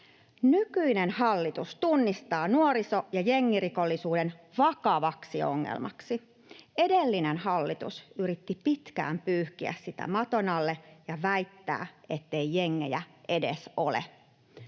Nykyinen hallitus tunnistaa nuoriso- ja jengirikollisuuden vakavaksi ongelmaksi. Edellinen hallitus yritti pitkään pyyhkiä sitä maton alle ja väittää, ettei jengejä edes ole.